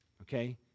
Okay